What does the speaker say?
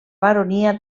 baronia